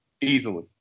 easily